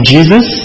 Jesus